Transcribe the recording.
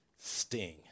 Sting